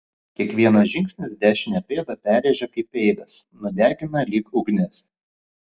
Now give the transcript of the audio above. kiekvienas žingsnis dešinę pėdą perrėžia kaip peilis nudegina lyg ugnis